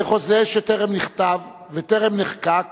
כחוזה שטרם נכתב וטרם נחקק